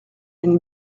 une